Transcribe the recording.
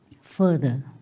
Further